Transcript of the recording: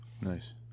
nice